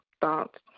thoughts